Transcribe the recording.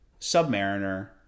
Submariner